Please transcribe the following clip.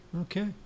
Okay